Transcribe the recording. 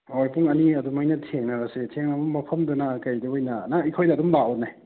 ꯍꯣꯏ ꯄꯨꯡ ꯑꯅꯤ ꯑꯗꯨꯃꯥꯏꯅ ꯊꯦꯡꯅꯔꯁꯤ ꯊꯦꯡꯅꯕ ꯃꯐꯝꯗꯨꯅ ꯀꯩꯗ ꯑꯣꯏꯅ ꯅꯪ ꯑꯩꯈꯣꯏꯗ ꯑꯗꯨꯝ ꯂꯥꯛꯑꯣꯅꯦ